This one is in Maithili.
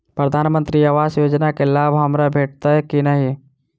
प्रधानमंत्री आवास योजना केँ लाभ हमरा भेटतय की नहि?